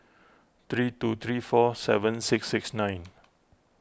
three two three four seven six six nine